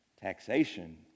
taxation